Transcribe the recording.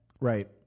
Right